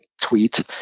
tweet